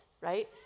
right